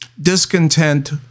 Discontent